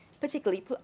particularly